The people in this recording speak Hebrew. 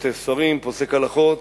כותב ספרים, פוסק הלכות,